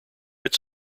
its